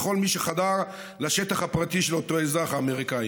כלפי כל מי שחדר לשטח הפרטי של אותו אזרח אמריקני.